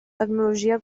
tecnologia